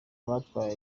batwara